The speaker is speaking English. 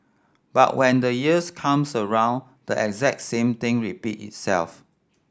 but when the years comes around the exact same thing repeats itself